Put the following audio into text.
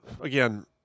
again